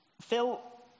Phil